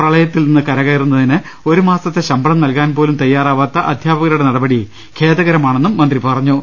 പ്രളയത്തിൽ നിന്ന് കരകയറുന്നതിന് ഒരു മാസത്തെ ശമ്പളം നൽകാൻപോലും തയാറാവാത്ത അധ്യാപകരുടെ നടപടി ഖേദകരമാണെന്നും മന്ത്രി പറഞ്ഞു